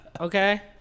Okay